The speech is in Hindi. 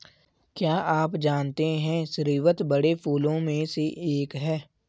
क्या आप जानते है स्रीवत बड़े फूलों में से एक है